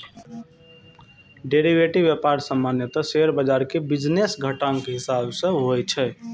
derivative व्यापार सामान्यतः share बाजार के बिजनेस घंटाक हिसाब सं होइ छै